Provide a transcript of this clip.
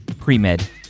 Pre-Med